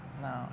No